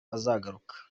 azagaruka